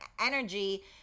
energy